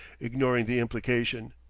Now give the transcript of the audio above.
ignoring the implication.